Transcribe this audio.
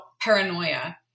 paranoia